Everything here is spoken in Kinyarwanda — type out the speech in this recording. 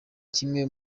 kimwe